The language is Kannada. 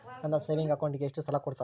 ನನ್ನ ಸೇವಿಂಗ್ ಅಕೌಂಟಿಗೆ ಎಷ್ಟು ಸಾಲ ಕೊಡ್ತಾರ?